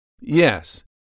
Yes